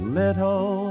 little